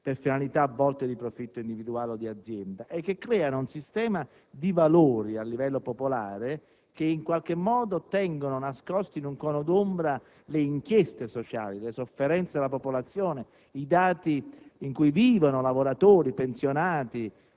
per finalità di profitto individuale o di azienda e che creano un sistema di valori a livello popolare che tiene nascoste in un cono d'ombra le inchieste sociali, le sofferenze della popolazione, le condizioni in cui vivono lavoratori, pensionati,